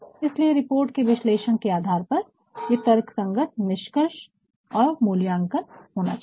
इसलिए रिपोर्ट के विश्लेषण के आधार पर ये तर्कसंगत निष्कर्ष और मूल्यांकन होना चाहिए